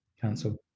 Cancel